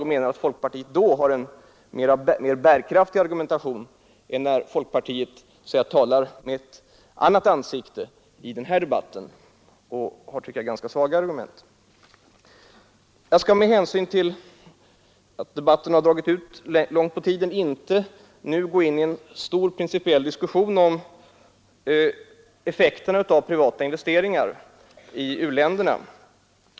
Då har folkpartiet en mer bärkraftig argumentation än i den här debatten där man visar upp ett annat ansikte. Jag skall med hänsyn till att debatten dragit ut ganska långt på tiden inte nu gå in i en stor principiell diskussion om effekterna av privata investeringar i u-länderna.